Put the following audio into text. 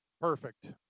Perfect